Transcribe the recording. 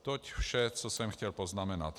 Toť vše, co jsem chtěl poznamenat.